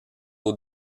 aux